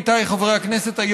עמיתיי חברי הכנסת,